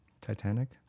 Titanic